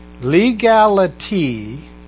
Legality